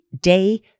day